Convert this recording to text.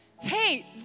hey